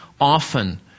often